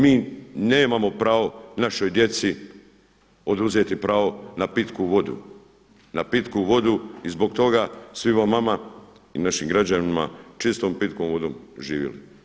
Mi nemamo pravo našoj djeci oduzeti pravo na pitku vodu, na pitku vodu i zbog toga svima vama i našim građanima čistom pitkom vodom „Živjeli!